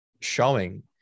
showing